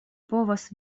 povas